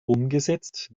umgesetzt